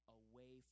away